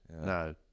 No